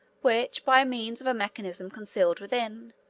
which, by means of a mechanism concealed within,